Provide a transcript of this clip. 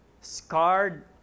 scarred